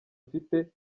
ufite